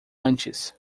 antes